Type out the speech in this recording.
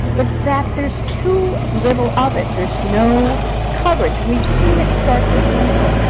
it's that there's too little of it. there's no coverage. and we've seen it start to dwindle.